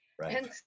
Right